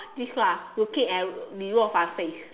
this one looking and Rou-Fan's face